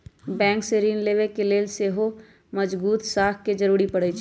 bank से ऋण लेबे के लेल सेहो मजगुत साख के जरूरी परै छइ